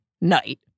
night